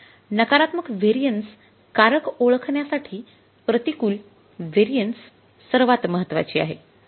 नकारात्मक व्हेरिएन्स कारक ओळखण्यासाठी प्रतिकूल व्हेरिएन्स सर्वात महत्वाची आहे